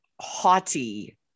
haughty